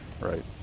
Right